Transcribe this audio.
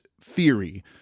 theory